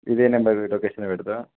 ఇదే number location పెడదాను